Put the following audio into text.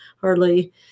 hardly